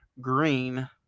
Green